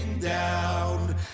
down